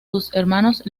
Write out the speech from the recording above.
hermanos